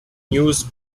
news